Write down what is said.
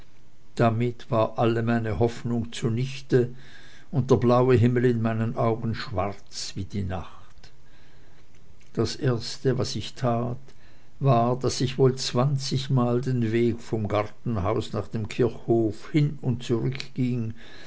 damit war alle meine hoffnung zunichte und der blaue himmel in meinen augen schwarz wie die nacht das erste was ich tat war daß ich wohl zwanzigmal den weg vom gartenhaus nach dem kirchhof hin und zurück